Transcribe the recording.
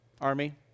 army